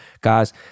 Guys